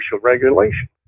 regulation